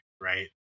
right